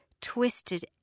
twisted